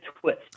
twist